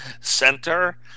center